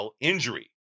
injury